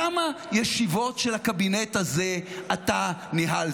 כמה ישיבות של הקבינט הזה אתה ניהלת?